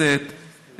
הכנסת סעד וחברת הכנסת